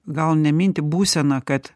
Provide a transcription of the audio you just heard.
gal nemintį būseną kad